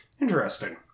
Interesting